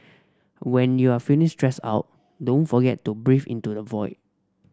when you are feeling stressed out don't forget to breathe into the void